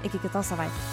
iki kitos savaitės